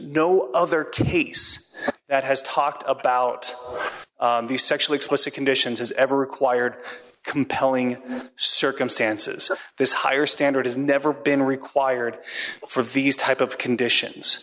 no other case that has talked about these sexually explicit conditions ever required compelling circumstances this higher standard has never been required for these type of conditions